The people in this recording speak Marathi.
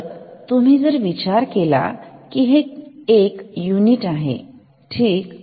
तर तुम्ही जर विचार केला की हे एक युनिट आहे ठीक